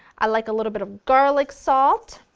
i like a little bit of garlic salt.